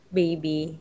baby